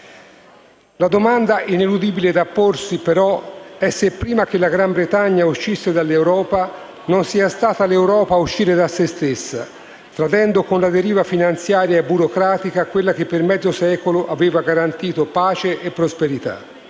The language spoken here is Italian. La domanda ineludibile da porsi, però, è se prima che la Gran Bretagna uscisse dall'Europa non sia stata l'Europa ad uscire da se stessa, tradendo con la deriva finanziaria e burocratica quella che per mezzo secolo aveva garantito pace e prosperità.